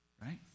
right